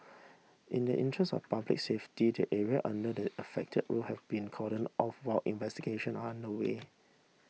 in the interest of public safety the area under the affected roof has been cordoned off while investigation are underway